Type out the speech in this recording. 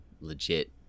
legit